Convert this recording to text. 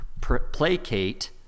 placate